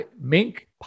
mink